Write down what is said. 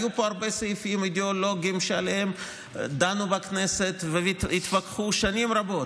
היו פה הרבה סעיפים אידיאולוגיים שעליהם דנו בכנסת והתווכחו שנים רבות,